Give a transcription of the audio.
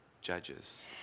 judges